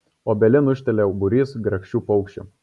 obelin ūžtelia būrys grakščių paukščių